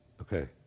Okay